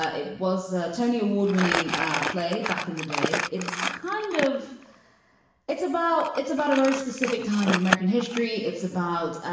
ah it was a tony award winning play back in the day. it's kind of it's about it's about a very specific time in american history. it's about